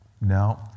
no